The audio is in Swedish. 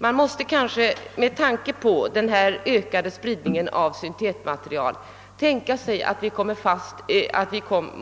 Vi måste kanske med hänsyn till den ökade spridningen av syntetmaterial överväga